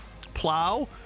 plow